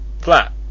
flat